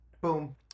Boom